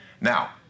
Now